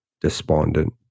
despondent